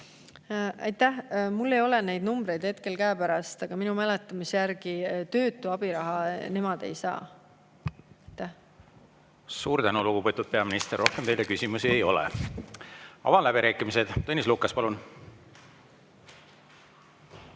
Aitäh! Mul ei ole neid numbreid hetkel käepärast, aga minu mäletamise järgi töötu abiraha nemad ei saa. Suur tänu, lugupeetud peaminister! Rohkem küsimusi teile ei ole. Avan läbirääkimised. Tõnis Lukas, palun!